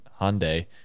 Hyundai